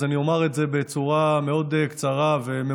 אז אני אומר את זה בצורה מאוד קצרה וממוקדת.